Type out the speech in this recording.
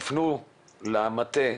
תפנו למטה,